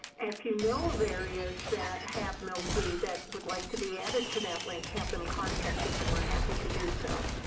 if you know of areas that have milkweed that would like to be added to that link, have them contact us. and we're happy to do so.